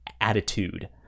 attitude